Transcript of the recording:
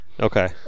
Okay